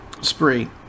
spree